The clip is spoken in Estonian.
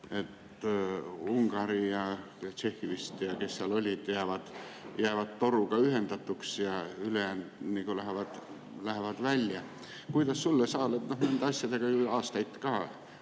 et Ungari ja Tšehhi, ja kes seal veel olid, jäävad toruga ühendatuks ja ülejäänud lähevad välja. Kuidas sulle, kes sa oled nende asjadega aastaid